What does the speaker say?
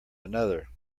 another